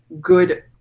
good